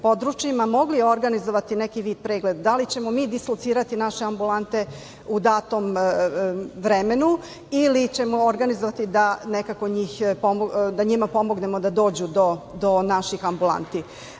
mogli organizovati neki vid pregleda. Da li ćemo mi dislocirati naše ambulante u datom vremenu ili ćemo organizovati da nekako njima pomognemo da dođu do naših ambulanti? Moje